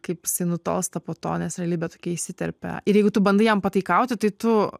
kaip jisai nutolsta po to nes realybė tokia įsiterpia ir jeigu tu bandai jam pataikauti tai tu